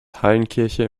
hallenkirche